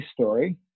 story